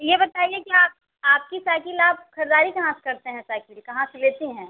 ये बताइए कि आप आपकी साइकिल आप ख़रीदारी कहाँ से करते हैं साइकिल कहाँ से लेती हैं